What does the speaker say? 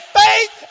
faith